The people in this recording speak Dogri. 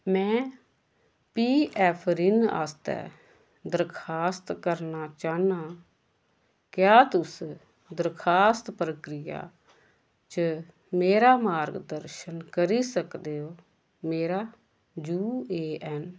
में पी एफ रिम आस्तै दरखास्त करना चाह्न्नां क्या तुस दरखास्त प्रक्रिया च मेरा मार्गदर्शन करी सकदे ओ मेरा यू ए एन